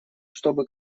чтобы